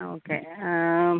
ആ ഓക്കെ ആ